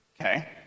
Okay